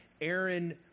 Aaron